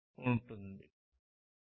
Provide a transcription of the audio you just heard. ఇది 2